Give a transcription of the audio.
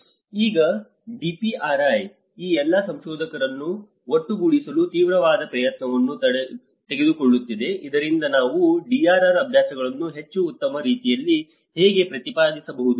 ಈಗ DPRI ಈ ಎಲ್ಲಾ ಸಂಶೋಧಕರನ್ನು ಒಟ್ಟುಗೂಡಿಸಲು ತೀವ್ರವಾದ ಪ್ರಯತ್ನವನ್ನು ತೆಗೆದುಕೊಳ್ಳುತ್ತಿದೆ ಇದರಿಂದ ನಾವು DRR ಅಭ್ಯಾಸಗಳನ್ನು ಹೆಚ್ಚು ಉತ್ತಮ ರೀತಿಯಲ್ಲಿ ಹೇಗೆ ಪ್ರತಿಪಾದಿಸಬಹುದು